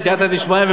בסייעתא דשמיא,